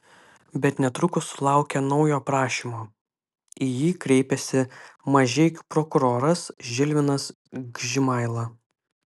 bet netrukus sulaukė naujo prašymo į jį kreipėsi mažeikių prokuroras žilvinas gžimaila